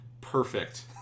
perfect